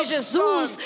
Jesus